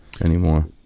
anymore